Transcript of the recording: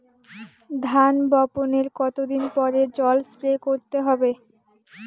ধান বপনের কতদিন পরে জল স্প্রে করতে হবে?